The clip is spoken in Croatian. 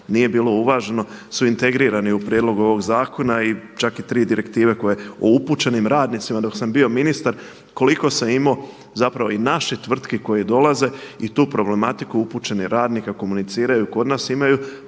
nije bilo uvaženo su integrirani u prijedlogu ovog zakona i čak i tri direktive o upućenim radnicima. Dok sam bio ministar koliko sam imao i naših tvrtki koje dolaze i tu problematiku upućenih radnika komuniciraju kod nas imaju